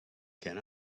can